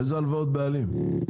איזה הלוואות בעלים?